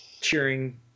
cheering